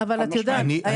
חד-משמעית.